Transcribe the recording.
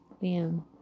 Bam